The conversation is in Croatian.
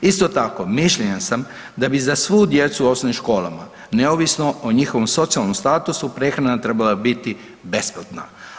Isto tako mišljenja sam da bi za svu djecu u osnovnim školama neovisno o njihovom socijalnom statusu prehrana trebala biti besplatna.